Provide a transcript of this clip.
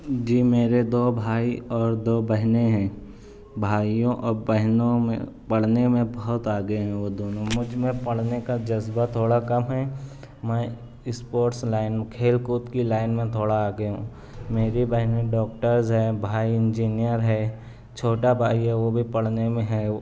جی میرے دو بھائی اور دو بہنیں ہیں بھائیوں اور بہنوں میں پڑھنے میں بہت آگے ہیں وہ دونوں مجھ میں پڑھنے کا جذبہ تھوڑا کم ہے میں اسپورٹس لائن کھیل کود کی لائن میں تھوڑا آگے ہوں میری بہنیں ڈاکٹرز ہیں بھائی انجینئر ہے چھوٹا بھائی ہے وہ بھی پڑھنے میں ہے